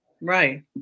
Right